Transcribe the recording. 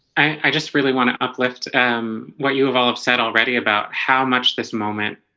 i just really want to uplift um what you have all upset already about how much this moment